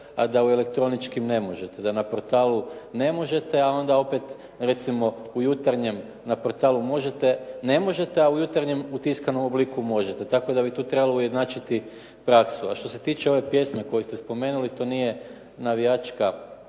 a da u elektroničkim ne možete. Da na portalu ne možete, a onda opet recimo u Jutarnjem na portalu ne možete, a u Jutarnjem u tiskanom obliku možete. Tako da bi tu trebalo ujednačiti praksu. A što se tiče ove pjesme koju ste spomenuli, to nije navijačka